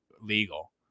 legal